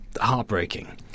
heartbreaking